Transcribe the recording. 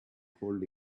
hold